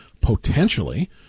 potentially